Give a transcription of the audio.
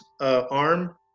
arm